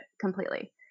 completely